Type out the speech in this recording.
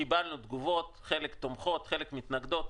קיבלנו תגובות חלק תומכות, חלק מתנגדות.